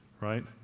right